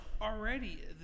already